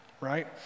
right